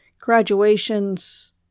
graduations